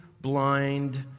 blind